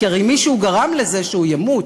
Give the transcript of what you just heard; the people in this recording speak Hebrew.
כי הרי מישהו גרם לזה שהוא ימות,